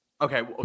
Okay